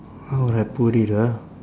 how would I put it ah